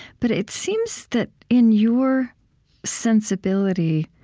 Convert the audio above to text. but it seems that in your sensibility,